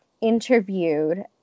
interviewed